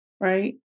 right